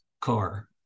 car